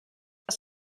das